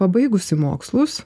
pabaigusi mokslus